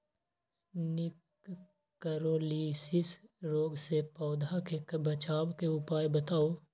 निककरोलीसिस रोग से पौधा के बचाव के उपाय बताऊ?